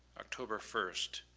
october first,